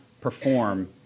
perform